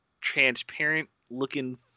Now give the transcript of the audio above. transparent-looking